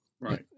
Right